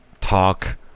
talk